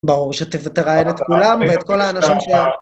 ברור ש... ותראיין את כולם ואת כל האנשים ש...